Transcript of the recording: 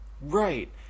Right